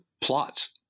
plots